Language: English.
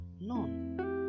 none